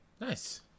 Nice